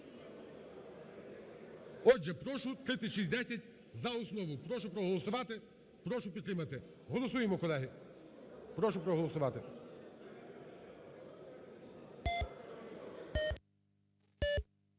Отже, прошу 3610 за основу, прошу проголосувати, прошу підтримати. Голосуємо, колеги, прошу проголосувати.